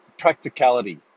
practicality